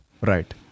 right